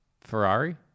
Ferrari